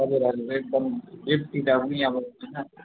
हजुर हजुर एकदम गिफ्ट दिदाँ पनि अब होइन